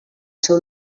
ser